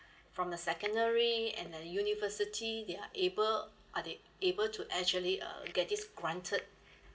from the secondary and the university they are able are they able to actually uh get this granted